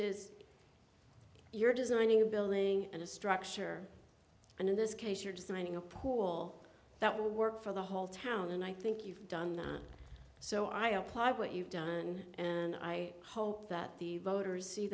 is you're designing a building and a structure and in this case you're designing a pool that will work for the whole town and i think you've done so i applaud what you've done and i hope that the voters see